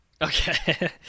Okay